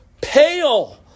Pale